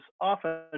often